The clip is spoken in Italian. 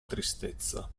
tristezza